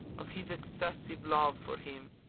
of his excessive love for him,